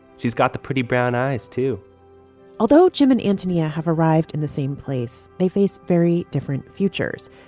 she's got the pretty brown eyes, too although jim and antonia have arrived in the same place, they face very different futures.